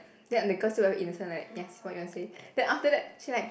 then the girl still very innocent like yes what you want to say then after that she like